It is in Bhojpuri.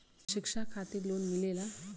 शिक्षा खातिन लोन मिलेला?